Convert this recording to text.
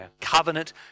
covenant